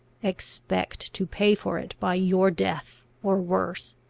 expect to pay for it by your death or worse.